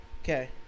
Okay